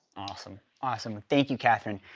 awesome, awesome. thank you, catherine.